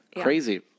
Crazy